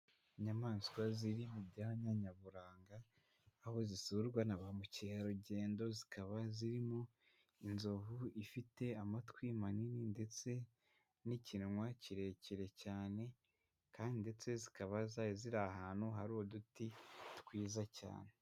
Inyamaswa ziri mu byanya nyaburanga, aho zisurwa na ba mukerarugendo, zikaba zirimo inzovu ifite amatwi manini, ndetse n'ikinwa kirekire cyane, kandi ndetse zikaba zari ziri ahantu hari uduti twiza cyane.